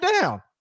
down